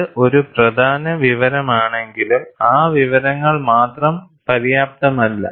ഇത് ഒരു പ്രധാന വിവരമാണെങ്കിലും ആ വിവരങ്ങൾ മാത്രം പര്യാപ്തമല്ല